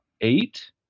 eight